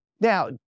Now